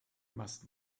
must